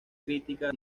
críticas